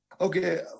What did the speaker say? Okay